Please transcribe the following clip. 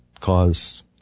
cause